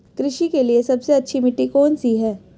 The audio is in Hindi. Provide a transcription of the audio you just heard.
कृषि के लिए सबसे अच्छी मिट्टी कौन सी है?